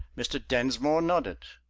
mr. densmore nodded.